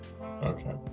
Okay